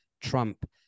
Trump